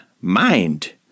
mind